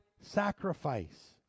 sacrifice